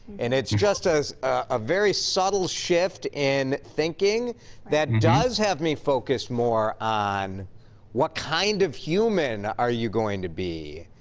and it's just a ah very subtle shift in thinking that does have me focused more on what kind of human are you going to be.